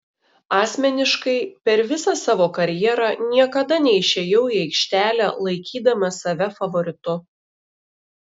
asmeniškai per visą savo karjerą niekada neišėjau į aikštelę laikydamas save favoritu